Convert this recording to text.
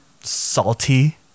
salty